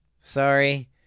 Sorry